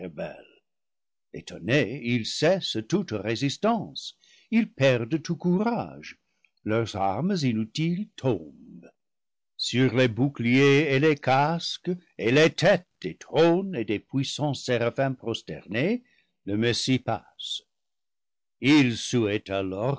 desrebelles etonnés ils cessent toute résistance ils perdent tout courage leurs armes inutiles tombent sur les boucliers et les casques et les têtes des trônes et des puissants séraphins pros ternés le messie passe ils souhaitent alors